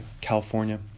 California